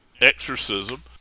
exorcism